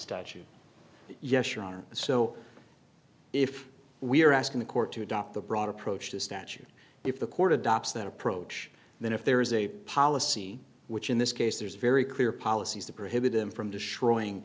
statute yes your honor so if we are asking the court to adopt the broad approach the statute if the court adopts that approach then if there is a policy which in this case there's very clear policies that prohibit them from destroying